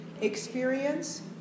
Experience